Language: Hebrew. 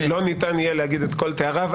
לא ניתן יהיה להגיד את כל תואריו.